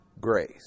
grace